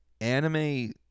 anime